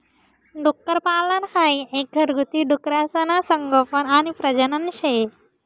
डुक्करपालन हाई एक घरगुती डुकरसनं संगोपन आणि प्रजनन शे